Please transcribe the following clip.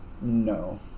No